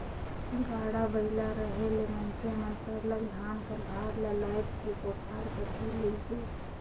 गाड़ा बइला रहें ले मइनसे मन सरलग धान कर भार ल लाएद के कोठार कती लेइजें